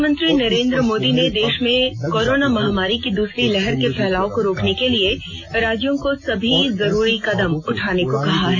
प्रधानमंत्री नरेन्द्र मोदी ने देश में कोरोना महामारी की दूसरी लहर के फैलाव को रोकने के लिए राज्यों को सभी जरूरी कदम उठाने को कहा है